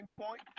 point